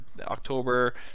October